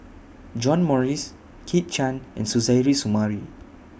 John Morrice Kit Chan and Suzairhe Sumari